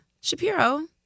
Shapiro